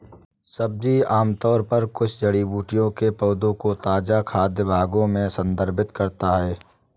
सब्जी आमतौर पर कुछ जड़ी बूटियों के पौधों के ताजा खाद्य भागों को संदर्भित करता है